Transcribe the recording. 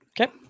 Okay